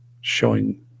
showing